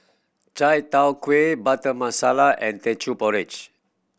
chai tow kway Butter Masala and Teochew Porridge